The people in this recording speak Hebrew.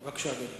בבקשה, אדוני.